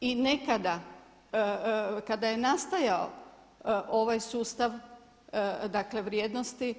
I nekada kada je nastajao ovaj sustav dakle vrijednosti